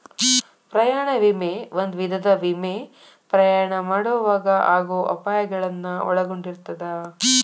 ಪ್ರಯಾಣ ವಿಮೆ ಒಂದ ವಿಧದ ವಿಮೆ ಪ್ರಯಾಣ ಮಾಡೊವಾಗ ಆಗೋ ಅಪಾಯಗಳನ್ನ ಒಳಗೊಂಡಿರ್ತದ